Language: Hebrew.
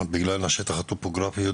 בגלל השטח הטופוגרפי,